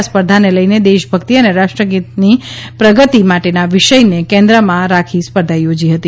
આ સ્પર્ધાને લઈને દેશભક્તિ અને રાષ્ટ્રની પ્રગતિ માટેના વિષયને કેન્દ્રમાં રાખી સ્પર્ધા યોજી હતી